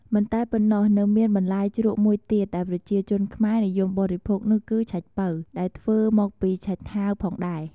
មិនតែប៉ុណ្ណោះនៅមានបន្លែជ្រក់មួយទៀតដែលប្រជាជនខ្មែរនិយមបរិភោគនោះគឺ ឆៃប៉ូវ ដែលធ្វេីមកពីឆៃថាវផងដែរ។